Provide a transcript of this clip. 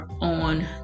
on